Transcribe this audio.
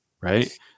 right